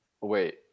wait